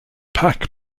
pac